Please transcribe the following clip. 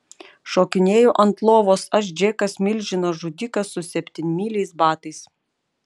šokinėju ant lovos aš džekas milžino žudikas su septynmyliais batais